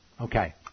Okay